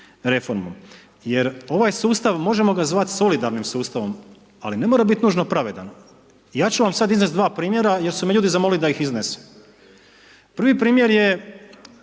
jer ovaj sustav, možemo ga zvati solidarnim sustavom, ali ne mora biti nužno pravedan. Ja ću vam sad iznest dva primjera, jer su me ljudi zamolila da ih iznesem. Prvi primjer je